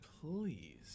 Please